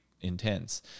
intense